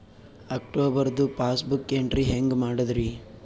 ಅಕ್ಟೋಬರ್ದು passbook entry ಹೆಂಗ್ ಮಾಡದ್ರಿ?